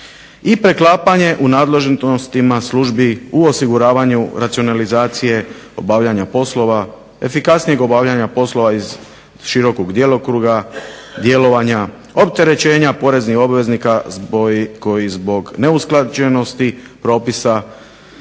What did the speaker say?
i preklapanje u nadležnostima službi, u osiguravanju racionalizacije obavljanja poslova, efikasnijeg obavljanja poslova iz širokog djelokruga djelovanja opterećenja poreznih obveznika koji zbog neusklađenosti propisa